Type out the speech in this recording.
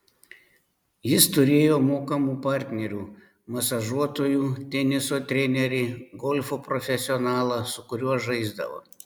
jis turėjo mokamų partnerių masažuotojų teniso trenerį golfo profesionalą su kuriuo žaisdavo